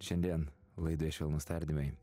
šiandien laidoje švelnūs tardymai